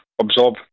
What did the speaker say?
absorb